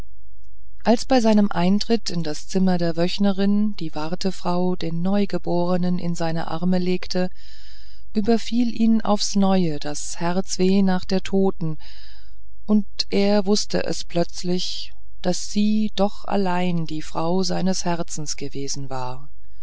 als bei seinem eintritt in das zimmer der wöchnerin die wartefrau den neugeborenen in seine arme legte überfiel ihn aufs neue das heimweh nach der toten und er wußte es plötzlich daß sie doch allein die fraue seines herzens gewesen war